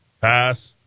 pass